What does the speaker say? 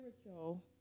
Spiritual